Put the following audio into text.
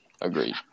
Agreed